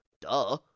Duh